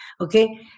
Okay